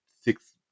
six